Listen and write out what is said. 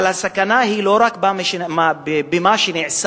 אבל הסכנה היא לא רק במה שנאמר, במה שנעשה,